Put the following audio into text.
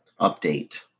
update